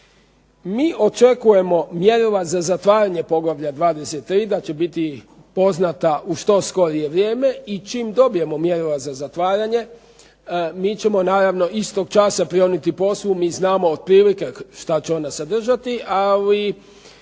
Mi očekujemo mjerila za zatvaranje poglavlja 23., da će biti poznata u što skorije vrijeme i čim dobijemo mjerila za zatvaranje mi ćemo naravno istog časa prionuti poslu. Mi znamo otprilike što će ona sadržati, ali